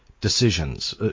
decisions